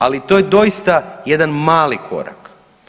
Ali to je doista jedan mali korak.